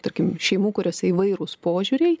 tarkim šeimų kuriose įvairūs požiūriai